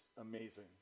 amazing